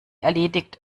erledigt